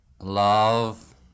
Love